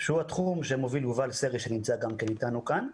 שהוא התחום שמוביל יובל סרי שנמצא גם כן איתנו כאן,